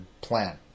plan